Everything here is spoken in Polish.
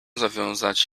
zawiązać